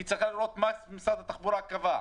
היא צריכה לראות מה משרד התחבורה קבע.